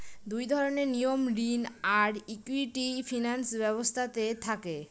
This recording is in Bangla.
দুই ধরনের নিয়ম ঋণ আর ইকুইটি ফিনান্স ব্যবস্থাতে থাকে